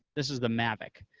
this is the mavic,